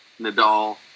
Nadal